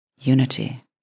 unity